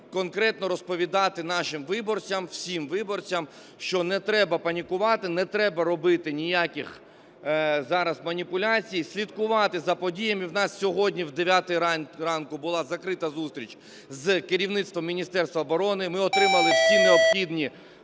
конкретно розповідати нашим виборцям, всім виборцям, що не треба панікувати, не треба робити ніяких зараз маніпуляцій, слідкувати за подіями. У нас сьогодні о 9-й ранку була закрита зустріч з керівництвом Міністерства оборони, ми отримали всі необхідні